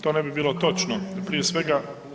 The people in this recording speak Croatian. To ne bi bilo točno, prije svega